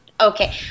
Okay